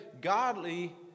Godly